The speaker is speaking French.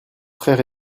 frères